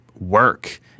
work